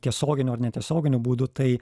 tiesioginiu ar netiesioginiu būdu tai